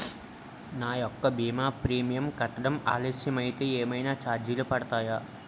నా యెక్క భీమా ప్రీమియం కట్టడం ఆలస్యం అయితే ఏమైనా చార్జెస్ పడతాయా?